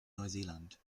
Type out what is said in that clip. neuseeland